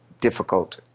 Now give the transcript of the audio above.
difficult